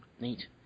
Neat